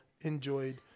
enjoyed